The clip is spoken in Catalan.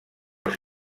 els